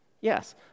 Yes